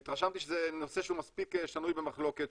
התרשמתי שזה נושא שהוא מספיק שנוי במחלוקת,